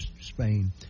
Spain